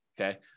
Okay